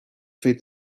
feed